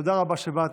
תודה רבה שבאתם.